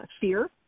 fear